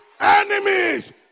enemies